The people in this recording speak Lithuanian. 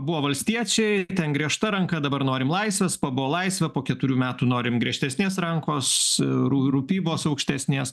buvo valstiečiai ten griežta ranka dabar norim laisvės pabuvo laisvė po keturių metų norim griežtesnės rankos ir rū rūpybos aukštesnės